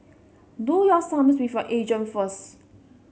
do your sums with your agent first